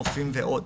רופאים ועוד.